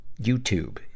YouTube